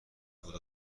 بود